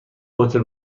هتل